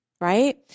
Right